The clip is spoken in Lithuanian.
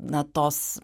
na tos